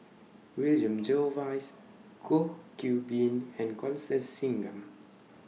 William Jervois Goh Qiu Bin and Constance Singam